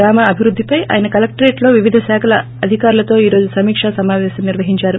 గ్రామ అభివృద్ధపై ఆయన ్కలెక్షరేట్ లో వివిధ శాఖల అధికారులతో ఈ రోజు సమీక్ష సమావేశం నిర్వహించారు